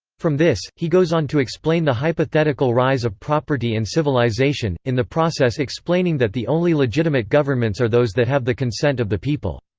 from this, he goes on to explain the hypothetical rise of property and civilization, in the process explaining that the only legitimate governments are those that have the consent of the people.